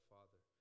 Father